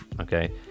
okay